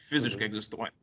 fiziškai egzistuoja